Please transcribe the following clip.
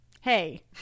Hey